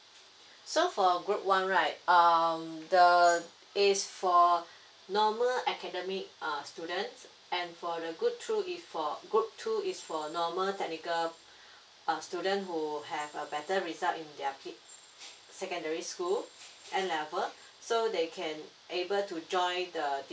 so for group one right um the it's for normal academic err students and for the group two for group two is for normal technical err student who have a better result in their kid~ secondary school N level so they can able to join the